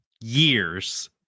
years